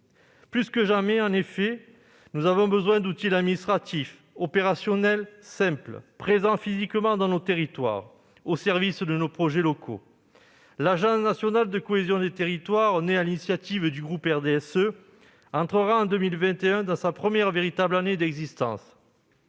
Plus que jamais, en effet, nous avons besoin d'outils administratifs opérationnels, simples, présents physiquement dans nos territoires, au service de nos projets locaux. L'Agence nationale de la cohésion des territoires, née sur l'initiative du groupe du RDSE, entrera en 2021 dans sa première véritable année d'existence.